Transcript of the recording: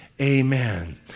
amen